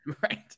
Right